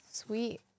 Sweet